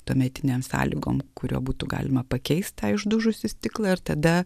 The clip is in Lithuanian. tuometinėm sąlygoms kuriuo būtų galima pakeist tą išdužusį stiklą ir tada